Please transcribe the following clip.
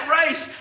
race